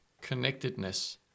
connectedness